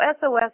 SOS